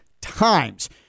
times